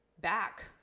back